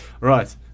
Right